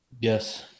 yes